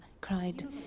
cried